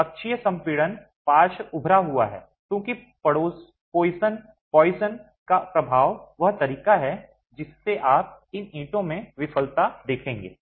तो अक्षीय संपीड़न पार्श्व उभड़ा हुआ है क्योंकि पोइसन का प्रभाव वह तरीका है जिससे आप इन ईंटों में विफलता देखेंगे